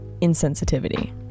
insensitivity